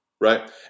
Right